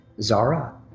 Zara